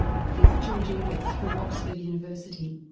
professor george ebers from oxford university.